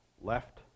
left